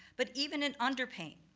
but even in under-paint.